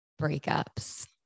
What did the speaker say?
breakups